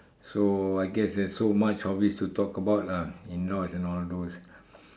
so I guess there's so much of it to talk about lah you know in all those